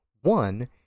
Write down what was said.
one